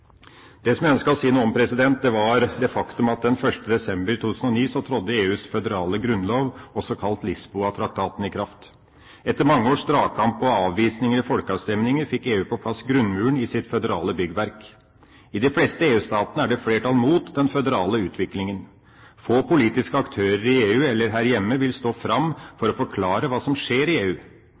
Det som jeg ønsker å si noe om, er det faktum at den 1. desember 2009 trådte EUs føderale grunnlov, også kalt Lisboa-traktaten, i kraft. Etter mange års dragkamp og avvisninger i folkeavstemninger, fikk EU på plass grunnmuren i sitt føderale byggverk. I de fleste EU-statene er det flertall mot den føderale utviklingen. Få politiske aktører i EU eller her hjemme vil stå fram for å forklare hva som skjer i EU.